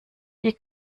die